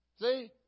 See